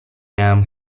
miałam